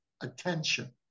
attention